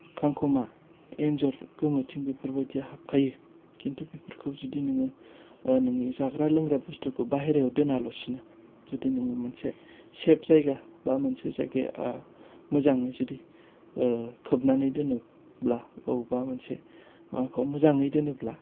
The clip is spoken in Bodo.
खांख'मा एन्जर गोमोथिं बेफोरबादिया हाबखायो खिन्थु बेफोरखौ जुदि नोङो नोंनि जाग्रा लोंग्रा बुस्थु'खौ बायह्रायाव दोनालासेनो जुदि नोङो मोनसे सेफ जायगा बा मोनसे जायगाया मोजाङै जुदि खोबनानै दोनोब्ला अबेबा मोनसे माबाफ्राव मोजाङै दोनोब्ला